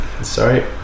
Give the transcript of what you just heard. Sorry